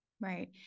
Right